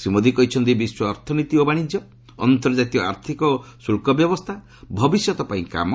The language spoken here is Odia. ଶ୍ରୀ ମୋଦି କହିଛନ୍ତି ବିଶ୍ୱ ଅର୍ଥନୀତି ଓ ବାଶିଜ୍ୟ ଅନ୍ତର୍ଜାତୀୟ ଆର୍ଥିକ ଓ ଶୁଳ୍କ ବ୍ୟବସ୍ଥା ଭବିଷ୍ୟତ ପାଇଁ କାମ